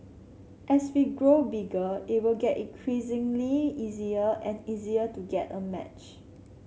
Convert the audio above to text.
as we grow bigger it will get increasingly easier and easier to get a match